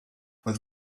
was